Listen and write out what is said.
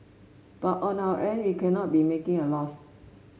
but on our end we cannot be making a loss